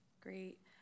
Great